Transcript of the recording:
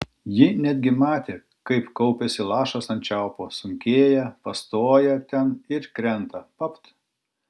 ji netgi matė kaip kaupiasi lašas ant čiaupo sunkėja pastoja ten ir krenta papt